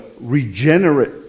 regenerate